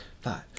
five